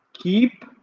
Keep